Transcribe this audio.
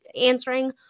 answering